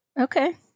Okay